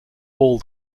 all